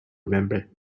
remember